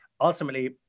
ultimately